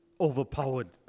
overpowered